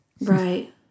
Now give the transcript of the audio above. Right